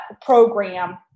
program